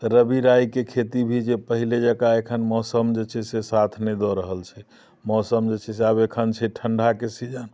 रबी रायके खेती भी जे पहिले जकाँ एखन मौसम जे छै से साथ नै दऽ रहल छै मौसम जे छै से आब एखन जे छै से ठण्ढाके सीजन